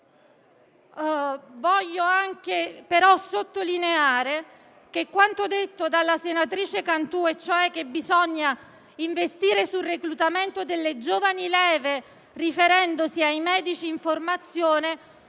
Voglio però sottolineare che quanto detto dalla senatrice Cantù, e cioè che bisogna investire sul reclutamento delle giovani leve, riferendosi ai medici in formazione,